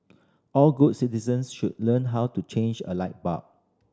all good citizens should learn how to change a light bulb